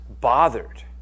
bothered